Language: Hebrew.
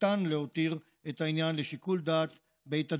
ניתן להותיר את העניין לשיקול דעת בית הדין.